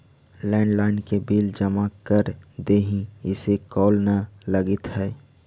landline के bill जमा कर देहीं, इसे कॉल न लगित हउ